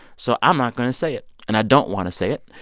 so i'm not going to say it. and i don't want to say it.